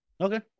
Okay